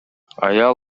аял